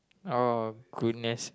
oh goodness